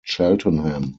cheltenham